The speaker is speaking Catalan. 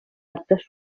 actes